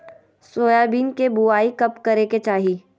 Soybean के बुआई कब करे के चाहि?